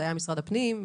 זה היה משרד הפנים,